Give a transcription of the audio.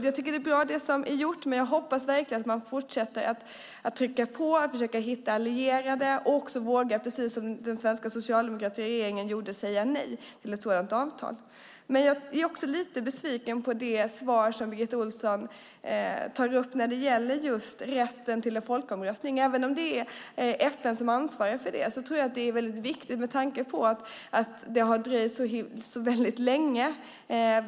Jag tycker att det som är gjort är bra, men jag hoppas verkligen att man fortsätter att trycka på, att försöka hitta allierade och att våga, precis som den svenska socialdemokratiska regeringen gjorde, säga nej till ett sådant avtal. Jag är lite besviken på det svar som Birgitta Ohlsson ger när det gäller just rätten till en folkomröstning. Även om det är FN som ansvarar för det tror jag att det är väldigt viktigt, med tanke på att det har drivits så väldigt länge.